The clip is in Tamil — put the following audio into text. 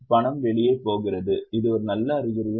பணம் வெளியே போகிறது இது ஒரு நல்ல அறிகுறியா